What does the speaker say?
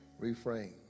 reframe